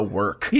work